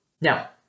Now